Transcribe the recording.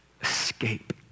escape